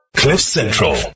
cliffcentral